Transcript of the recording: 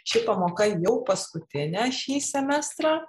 ši pamoka jau paskutinė šį semestrą